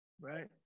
right